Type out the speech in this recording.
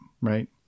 right